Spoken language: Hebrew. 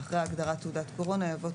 (3) אחרי ההגדרה "תעודת קורונה" יבוא: